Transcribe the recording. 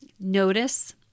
notice